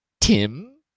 Tim